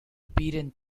beaten